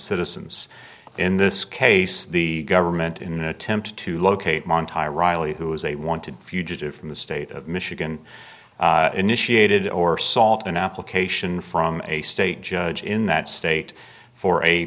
citizens in this case the government in attempt to locate my entire riley who is a wanted fugitive from the state of michigan initiated or salt an application from a state judge in that state for a